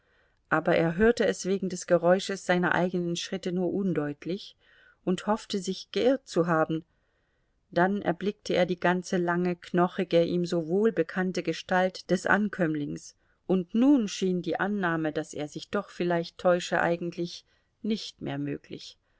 aber er hörte es wegen des geräusches seiner eigenen schritte nur undeutlich und hoffte sich geirrt zu haben dann erblickte er die ganze lange knochige ihm so wohlbekannte gestalt des ankömmlings und nun schien die annahme daß er sich doch vielleicht täusche eigentlich nicht mehr möglich